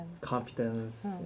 confidence